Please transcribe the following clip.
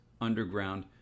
Underground